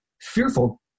fearful